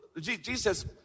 Jesus